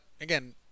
again